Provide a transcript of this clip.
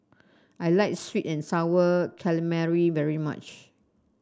I like sweet and sour calamari very much